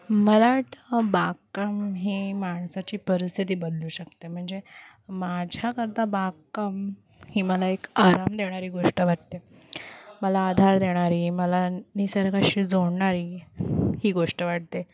मला वाटतं बागकाम हे माणसाची परिस्थिती बदलू शकते म्हणजे माझ्याकरता बागकाम ही मला एक आराम देणारी गोष्ट वाटते मला आधार देणारी मला निसर्गाशी जोडणारी ही गोष्ट वाटते